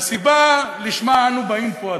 והסיבה שלשמה אנו באים פה,